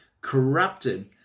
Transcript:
corrupted